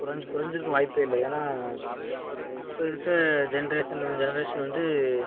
குறைஞ்சு குறைஞ்சிருக்க வாய்ப்பே இல்லை ஏன்னால் இப்போ இருக்கற ஜென்ரேஷன் ஜெனரேஷன் வந்து